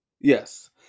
Yes